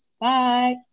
Bye